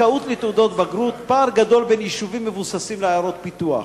"זכאות לתעודת בגרות: פער גדול בין יישובים מבוססים לעיירות הפיתוח".